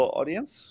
audience